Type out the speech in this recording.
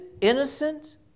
innocent